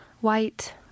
white